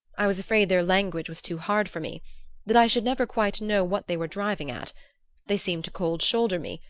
i was afraid their language was too hard for me that i should never quite know what they were driving at they seemed to cold-shoulder me,